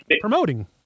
promoting